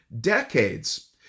decades